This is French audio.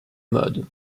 mode